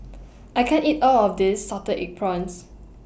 I can't eat All of This Salted Egg Prawns